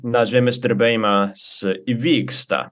na žemės drebėjimas įvyksta